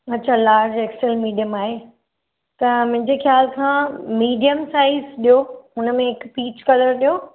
अच्छा large XL medium आहे त मुंहिंजे ख़्याल सां मीडियम साइज़ ॾेयो हुन में हिकु पीच कलर ॾेयो